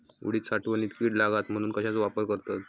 उडीद साठवणीत कीड लागात म्हणून कश्याचो वापर करतत?